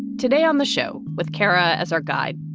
today on the show with kara as our guide.